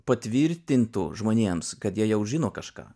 patvirtintų žmonėms kad jie jau žino kažką